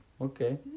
Okay